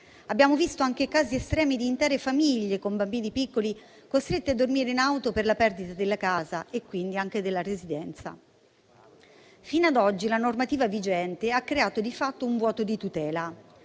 Abbiamo visto anche casi estremi di intere famiglie con bambini piccoli costrette a dormire in auto per la perdita della casa, quindi anche della residenza. Fino a oggi la normativa vigente ha creato di fatto un vuoto di tutela.